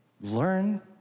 learn